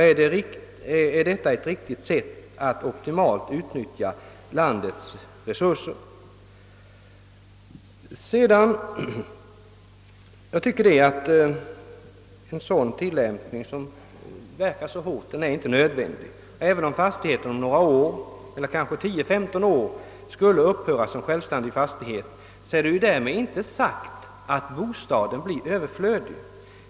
Är detta ett riktigt sätt att optimalt utnyttja landets resurser? En tillämpning som får sådana verkningar kan inte vara till gagn. Även om jordbruksfastigheten om 10—15 år skulle upphöra som självständig fastighet är därmed inte sagt att bostaden blir överflödig.